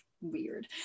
weird